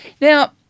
Now